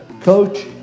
coach